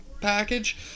package